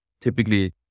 typically